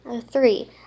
Three